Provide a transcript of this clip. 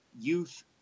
youth